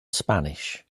spanish